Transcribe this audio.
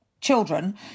children